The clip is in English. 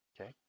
Okay